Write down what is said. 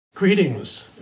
Greetings